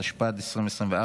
התשפ"ד 2024,